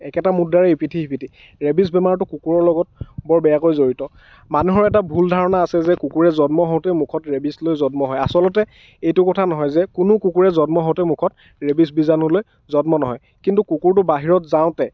একেটা মুদ্ৰাৰে ইপিঠি সিপিঠি ৰেবিচ বেমাৰটো কুকুৰৰ লগত বৰ বেয়াকৈ জড়িত মানুহৰ এটা ভুল ধাৰণা আছে যে কুকুৰে জন্ম হওঁতেই মুখত ৰেবিচ লৈ জন্ম হয় আচলতে এইটো কথা নহয় যে কোনো কুকুৰে জন্ম হওঁতে মুখত ৰেবিচ বীজাণু লৈ জন্ম নহয় কিন্তু কুকুৰটো বাহিৰত যাওঁতে